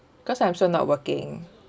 because I'm also not working